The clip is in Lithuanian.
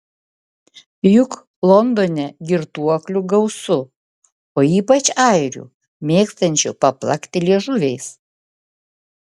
juk londone girtuoklių gausu o ypač airių mėgstančių paplakti liežuviais